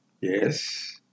Yes